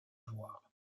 voir